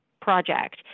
project